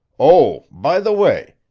oh, by the way,